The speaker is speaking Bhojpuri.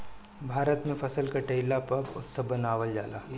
भारत में फसल कटईला पअ उत्सव मनावल जाला